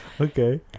Okay